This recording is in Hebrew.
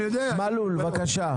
מלול, בבקשה.